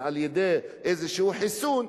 ועל-ידי איזה חיסון,